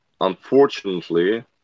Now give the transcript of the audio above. unfortunately